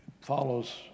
follows